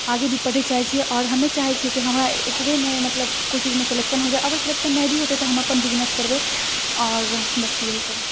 आगे भी पढै चाहे छियै आओर हमे चाहे छियै कि हमरा एकरेमे मतलब कोइ चीजमे सेलेक्शन हो जाइ अगर सिलेक्शन नहि भी हेतै तऽ हम अपन बिजनेस करबै आओर बस यही सब